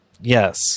Yes